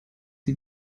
sie